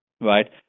right